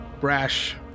Brash